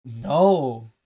No